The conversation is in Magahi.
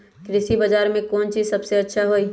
कृषि बजार में कौन चीज सबसे अच्छा होई?